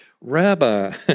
Rabbi